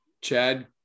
Chad